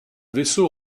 vaisseau